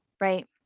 Right